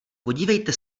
podívejte